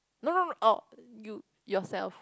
no no no oh you yourself